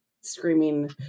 screaming